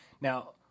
Now